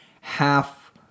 half